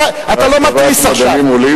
אתה לא מתריס עכשיו.